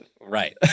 Right